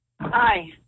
Hi